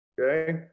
okay